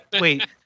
Wait